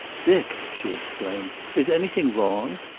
dick! she exclaimed. is anything wrong?